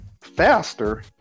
faster